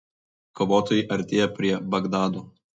kovotojai artėja prie bagdado